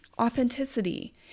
authenticity